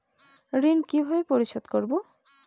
ঋণ কিভাবে পরিশোধ করব?